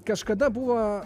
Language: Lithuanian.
kažkada buvo